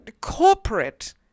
corporate